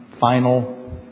final